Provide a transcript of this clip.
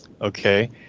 okay